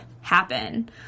happen